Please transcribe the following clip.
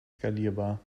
skalierbar